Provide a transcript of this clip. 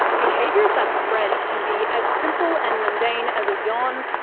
behaviours that spread can be as simple and mundane as a yawn,